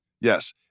Yes